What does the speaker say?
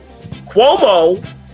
Cuomo